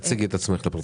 תציגי את עצמך.